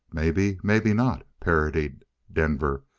maybe maybe not, parodied denver.